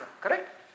correct